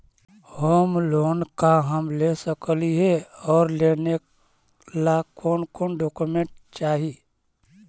Home loan का हम ले सकली हे, और लेने ला कोन कोन डोकोमेंट चाही?